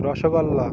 rasgulla